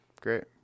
Great